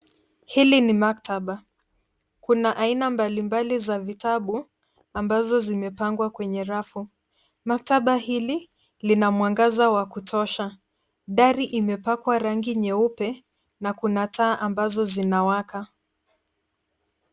Hili ni maktaba. Kuna aina mbalimbali za vitabu, ambazo zimepangwa kwenye rafu. Maktaba hili, lina mwangaza wa kutosha. Dari imepakwa rangi nyeupe, na kuna taa ambazo zinawaka.